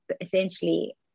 essentially